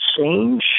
Change